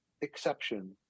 exception